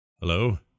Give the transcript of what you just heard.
Hello